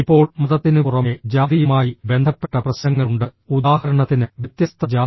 ഇപ്പോൾ മതത്തിനുപുറമെ ജാതിയുമായി ബന്ധപ്പെട്ട പ്രശ്നങ്ങളുണ്ട് ഉദാഹരണത്തിന് വ്യത്യസ്ത ജാതി